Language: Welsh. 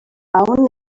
awn